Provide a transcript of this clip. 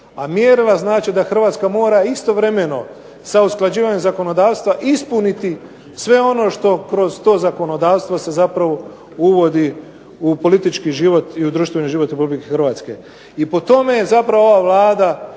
a mjerila znače da Hrvatska mora istovremeno sa usklađivanjem zakonodavstva ispuniti sve ono što kroz to zakonodavstvo se zapravo uvodi u politički i društveni život RH. I po tome je zapravo ova Vlada